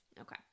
Okay